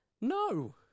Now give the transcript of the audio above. No